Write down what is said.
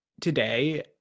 today